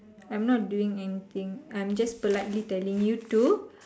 I'm not doing anything I'm just politely telling you to